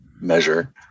measure